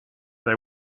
they